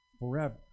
forever